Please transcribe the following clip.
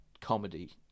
comedy